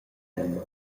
tema